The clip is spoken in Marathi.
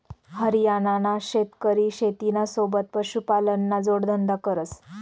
हरियाणाना शेतकरी शेतीना सोबत पशुपालनना जोडधंदा करस